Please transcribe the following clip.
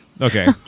Okay